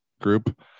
group